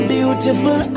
Beautiful